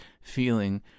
feeling